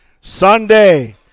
Sunday